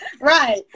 Right